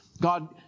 God